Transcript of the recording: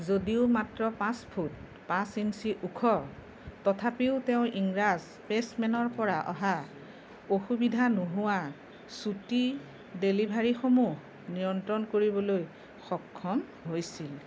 যদিও মাত্ৰ পাঁচ ফুট পাঁচ ইঞ্চি ওখ তথাপিও তেওঁ ইংৰাজ পেচমেনৰ পৰা অহা অসুবিধা নোহোৱা চুটি ডেলিভাৰীসমূহ নিয়ন্ত্ৰণ কৰিবলৈ সক্ষম হৈছিল